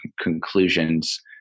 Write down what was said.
conclusions